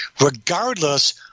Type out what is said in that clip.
regardless